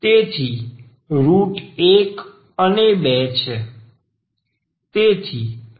તેથી રુટ 1 અને 2 છે